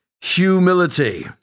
humility